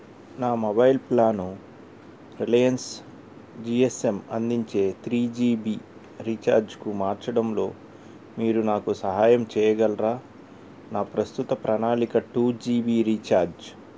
నా mobile plan Reliance G S M అందించే three G B రీఛార్జ్కు మార్చడంలో మీరు నాకు సహాయం చేయగలరా నా ప్రస్తుత ప్రణాళిక టూ జీ బీ రీఛార్జ్